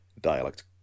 dialect